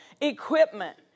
equipment